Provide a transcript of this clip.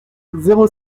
zéro